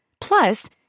Plus